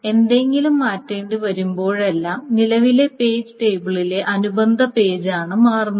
എന്തെങ്കിലും മാറ്റേണ്ടിവരുമ്പോഴെല്ലാം നിലവിലെ പേജ് ടേബിളിലെ അനുബന്ധ പേജാണ് മാറ്റുന്നത്